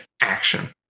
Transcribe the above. action